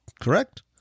Correct